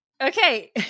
okay